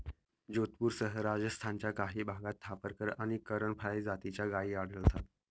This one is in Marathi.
जोधपूरसह राजस्थानच्या काही भागात थापरकर आणि करण फ्राय जातीच्या गायी आढळतात